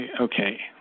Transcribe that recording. okay